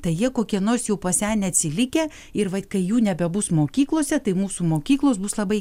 tai jie kokie nors jau pasenę atsilikę ir vat kai jų nebebus mokyklose tai mūsų mokyklos bus labai